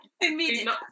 Immediately